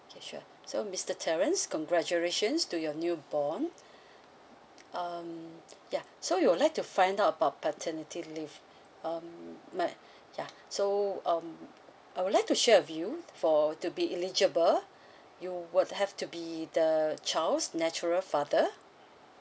okay sure so mister terrence congratulations to your newborn um ya so you would like to find out about paternity leave um but ya so um I would like to share with you for to be eligible you would have to be the child's natural father